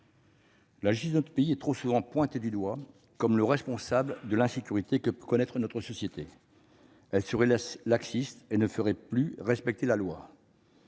La justice de notre pays est trop souvent pointée du doigt, tenue pour responsable de l'insécurité que connaît notre société : laxiste, elle ne ferait plus respecter la loi.